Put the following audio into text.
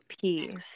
peace